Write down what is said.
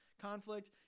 conflict